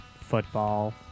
football